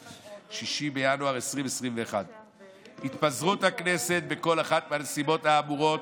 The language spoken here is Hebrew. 6 בינואר 2021. התפזרות הכנסת בכל אחת מהנסיבות האמורות,